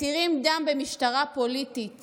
מתירים דם במשטרה פוליטית